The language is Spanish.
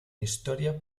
historia